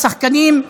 השחקנים,